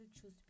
choose